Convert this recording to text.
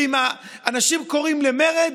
ואם אנשים קוראים למרד,